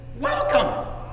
Welcome